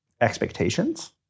expectations